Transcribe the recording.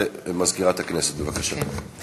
למזכירת הכנסת, בבקשה.